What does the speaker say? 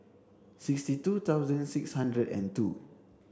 sixty two thousand six hundred and two